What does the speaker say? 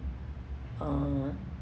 um